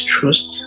trust